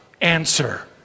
answer